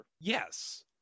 yes